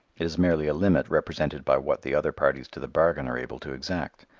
it is merely a limit represented by what the other parties to the bargain are able to exact.